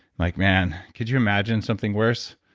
like man, could you imagine something worse?